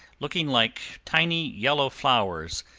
looking like tiny yellow flowers,